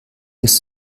ist